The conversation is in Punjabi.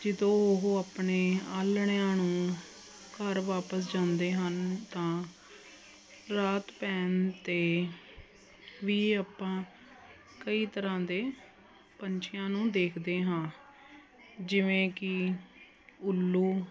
ਜਦੋਂ ਉਹ ਆਪਣੇ ਆਲਣਿਆਂ ਨੂੰ ਘਰ ਵਾਪਸ ਜਾਂਦੇ ਹਨ ਤਾਂ ਰਾਤ ਪੈਣ 'ਤੇ ਵੀ ਆਪਾਂ ਕਈ ਤਰ੍ਹਾਂ ਦੇ ਪੰਛੀਆਂ ਨੂੰ ਦੇਖਦੇ ਹਾਂ ਜਿਵੇਂ ਕਿ ਉੱਲੂ